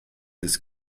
this